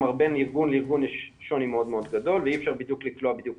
כלומר בין ארגון לארגון יש שוני מאוד גדול ואי אפשר לקלוע בדיוק